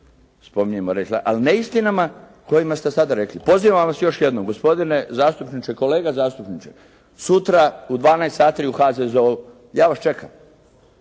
razumije./ … ali neistinama kojima ste sada rekli. Pozivam vas još jednom. Gospodine zastupniče, kolega zastupniče sutra u 12 sati u HZZO-u. Ja vas čekam